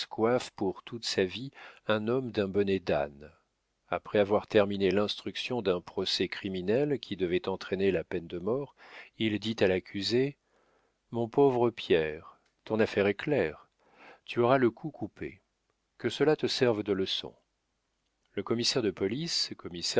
pour toute sa vie un homme d'un bonnet d'âne après avoir terminé l'instruction d'un procès criminel qui devait entraîner la peine de mort il dit à l'accusé mon pauvre pierre ton affaire est claire tu auras le cou coupé que cela te serve de leçon le commissaire de police